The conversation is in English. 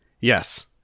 Yes